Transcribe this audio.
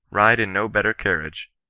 ride in no better cairiage,